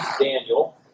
Daniel